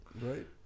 right